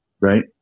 right